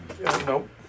Nope